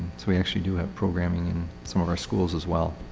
so we actually do have programming in some of our schools as well.